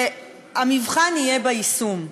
שהמבחן יהיה ביישום.